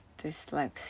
dyslexia